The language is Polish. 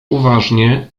uważnie